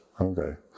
Okay